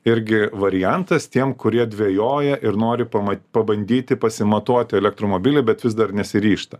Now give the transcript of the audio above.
irgi variantas tiem kurie dvejoja ir nori pama pabandyti pasimatuoti elektromobilį bet vis dar nesiryžta